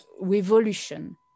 revolution